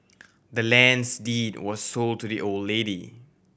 the land's deed was sold to the old lady